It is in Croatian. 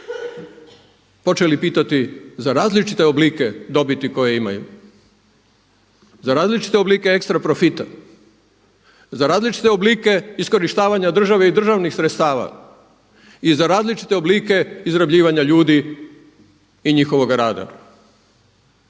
koje imaju, za različite oblike ekstra profita, za različite oblike ekstra profita, za različite oblike iskorištavanja države i državnih sredstva i za različite oblike izrabljivanja ljudi i njihovoga rada.